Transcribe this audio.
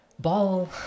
Ball